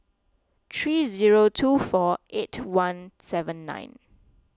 three zero two four eight one seven nine